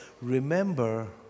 remember